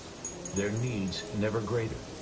their needs never greater.